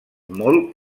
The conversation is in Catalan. molt